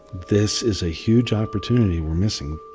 this is a huge opportunity we're missing